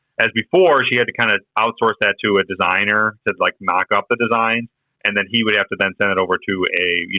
as before, she had to kinda outsource that to a designer to, like, mock up the design and then he would have to then send it over to a, you